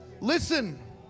Listen